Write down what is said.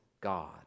God